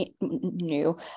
new